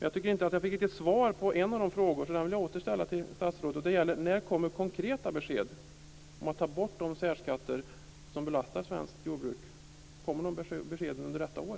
Jag tycker inte att jag fick ett svar på en av de frågorna, och jag vill därför åter ställa den till statsrådet. När kommer konkreta besked om att ta bort de särskatter som belastar svenskt jordbruk? Kommer de beskeden under detta år?